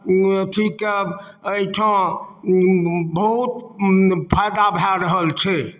अथीके एहिठाँ बहुत फायदा भए रहल छै